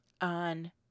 on